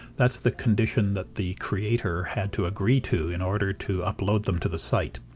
that's the condition that the creator had to agree to in order to upload them to the site.